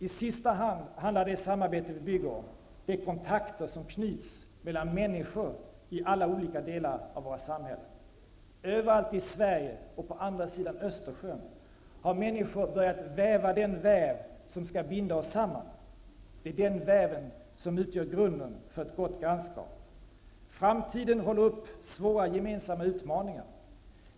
I sista hand handlar det samarbete vi bygger om de kontakter som knyts mellan människor i alla olika delar av våra samhällen. Överallt i Sverige och på andra sidan Östersjön har människor börjat väva den väv som skall binda oss samman. Det är den väven som utgör grunden för ett gott grannskap. Framtiden håller upp svåra gemensamma utmaningar.